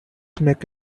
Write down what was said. make